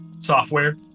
software